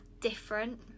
different